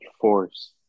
force